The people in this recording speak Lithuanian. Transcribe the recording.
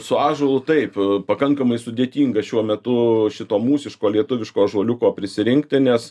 su ąžuolu taip e pakankamai sudėtinga šiuo metu šito mūsiško lietuviško ąžuoliuko prisirinkti nes